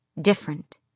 Different